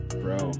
bro